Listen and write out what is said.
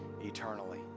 eternally